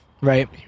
right